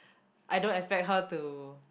I don't expect her to